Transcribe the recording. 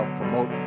promote